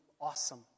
awesome